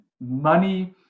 money